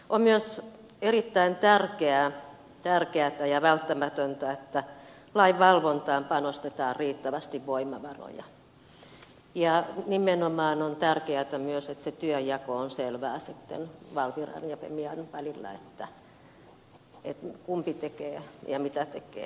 on myös erittäin tärkeätä ja välttämätöntä että lain valvontaan panostetaan riittävästi voimavaroja ja nimenomaan on tärkeätä myös että se työnjako on selvää sitten valviran ja fimean välillä kumpi tekee ja mitä tekee